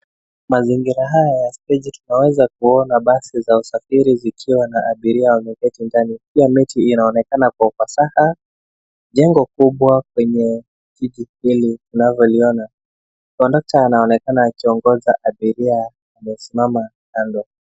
Mazingira haya ya steji tunaweza kuona basi za usafiri zikiwa na abiria wameketi ndani pia miti inaonekana kwa ufasaha. Jengo kubwa kwenye kiki pili tunavyoliona. Kondakata anaonekana akiongoza abiria amesimama kando.